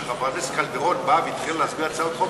כשחברת הכנסת קלדרון באה והתחילה להסביר הצעת חוק,